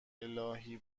االهی